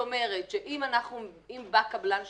כלומר אם בא קבלן שיפוצים,